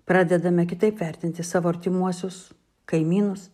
pradedame kitaip vertinti savo artimuosius kaimynus